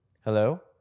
Hello